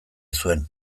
zuen